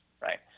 right